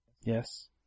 Yes